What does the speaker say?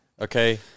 okay